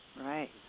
Right